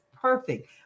Perfect